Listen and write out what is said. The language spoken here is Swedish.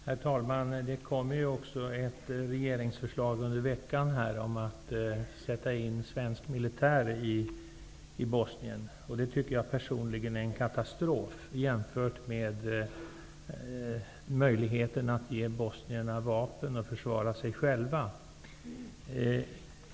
Herr talman! Det kommer ju också under veckan ett regeringsförslag om att sätta in svensk militär i Bosnien, och det tycker jag personligen är en katastrof jämfört med möjligheten att ge bosnierna vapen för att försvara sig själva.